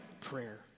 prayer